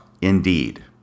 Indeed